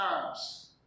times